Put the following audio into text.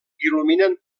il·luminen